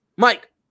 Mike